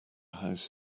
house